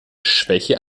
schwäche